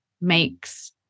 makes